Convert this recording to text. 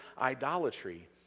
idolatry